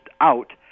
out